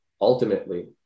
ultimately